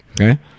Okay